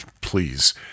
please